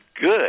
good